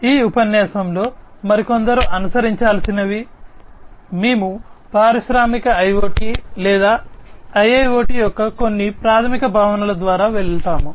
ఈ ఉపన్యాసంలో మరికొందరు అనుసరించాల్సినవి మేము పారిశ్రామిక IoT లేదా IIoT యొక్క కొన్ని ప్రాథమిక భావనల ద్వారా వెళ్తాము